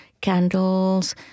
candles